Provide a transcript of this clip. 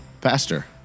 Pastor